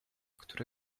które